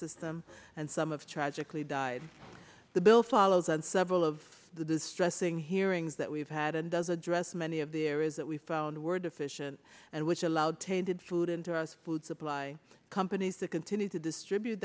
system and some of tragically died the bill follows and several of the distressing hearings that we've had and does address many of the areas that we found were deficient and which allowed tainted food into us food supply companies to continue to distribute